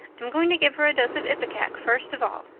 i'm going to give her a dose of ipecac first of all.